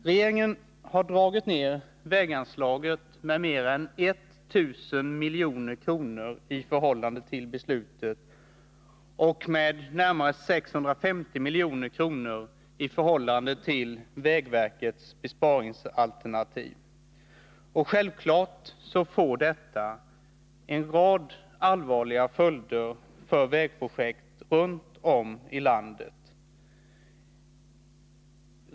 Regeringen har dragit ned väganslaget med mer än 1 000 milj.kr. i förhållande till beslutet och med närmare 650 milj.kr. i förhållande till vägverkets besparingsalternativ. Självfallet får detta en rad allvarliga följder för vägprojekt runt om i landet.